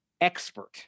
expert